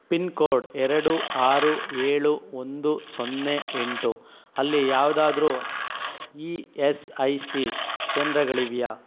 pin code ಎರಡು ಆರು ಏಳು ಒಂದು ಸೊನ್ನೆ ಎಂಟು ಅಲ್ಲಿ ಯಾವ್ದಾದ್ರೂ ಇ ಎಸ್ ಐ ಸಿ ಕೇಂದ್ರಗಳಿವೆಯಾ